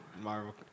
Marvel